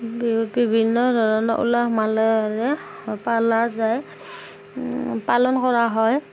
বিহুত বিভিন্ন ধৰণৰ উলহ মালহেৰে পালা যায় পালন কৰা হয়